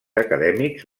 acadèmics